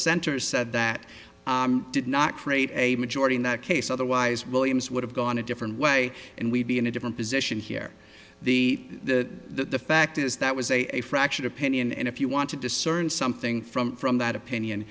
dissenters said that did not create a majority in that case otherwise williams would have gone a different way and we'd be in a different position here the the fact is that was a fractured opinion and if you want to discern something from from that opinion